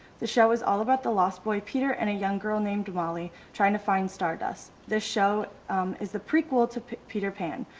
the show is all about the last boy peter and a young girl named molly trying to find star dust. the show is the prequel to peter pan.